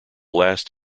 last